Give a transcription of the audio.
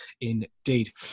indeed